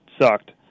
sucked